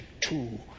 two